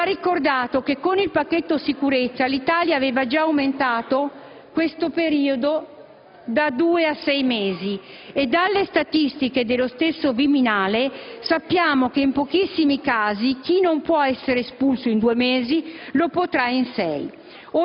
Va ricordato che con il pacchetto sicurezza l'Italia aveva già aumentato questo periodo da due a sei mesi. Dalle statistiche dello stesso Viminale sappiamo che in pochissimi casi chi non può essere espulso in due mesi lo potrà in sei.